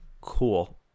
Cool